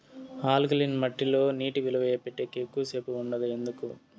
alkaline మట్టి లో నీటి నిలువ పెట్టేకి ఎక్కువగా సేపు ఉండదు ఎందుకు